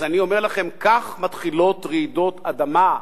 אז אני אומר לכם: כך מתחילות רעידות אדמה,